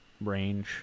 range